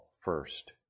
first